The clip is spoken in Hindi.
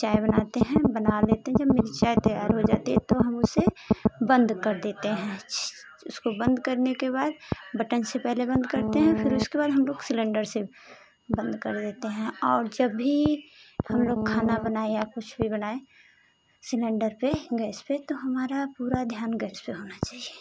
चाय बनाते हैं बना लेते हैं जब मेरी चाय तैयार हो जाती है तो हम उसे बंद कर देते हैं अच्छे उसको बंद करने के बाद बटन से पहले बंद करते हैं फिर उसके बाद हम लोग सिलेंडर से बंद कर देते हैं और जब भी हम लोग खाना बनाए या कुछ भी बनाए सिलेंडर पर गैस पर तो हमारा पूरा ध्यान गैस पर होना चहिए